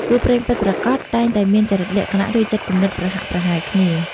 គូព្រេងពិតប្រាកដ តែងតែមានចរិតលក្ខណៈ ឬចិត្តគំនិតប្រហាក់ប្រហែលគ្នា។